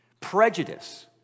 Prejudice